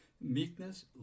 meekness